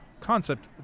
concept